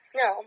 no